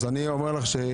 אז זה רק פה.